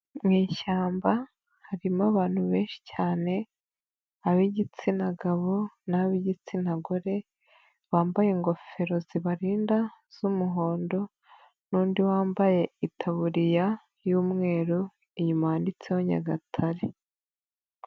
Mu ishyamba harimo abantu benshi cyane ab'igitsina gabo n'ab'igitsina gore bambaye ingofero zibarinda z'umuhondo n'undi wambaye itaburiya y'umweru inyuma handitseho Nyagatare.